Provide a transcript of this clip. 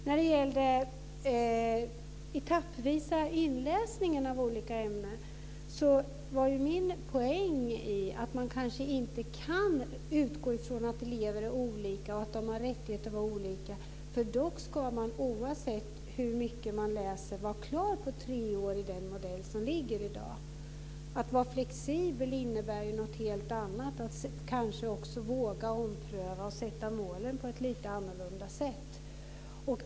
När det gäller den etappvisa inläsningen av olika ämnen var min poäng att man kanske inte kan utgå från att elever är olika och att de ska ha rätt att vara olika. Oavsett hur mycket de läser ska de dock vara klara på tre år i den modell som finns i dag. Att vara flexibel innebär något helt annat, nämligen att kanske också våga ompröva och sätta målen på ett lite annorlunda sätt.